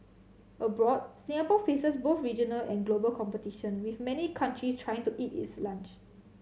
abroad Singapore faces both regional and global competition with many countries trying to eat its lunch